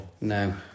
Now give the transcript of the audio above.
No